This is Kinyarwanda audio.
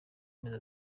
amezi